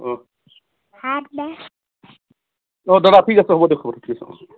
অঁ অঁ দাদা ঠিক আছে হ'ব দিয়ক হ'ব দিয়ক ঠিক আছে অঁ